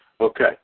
Okay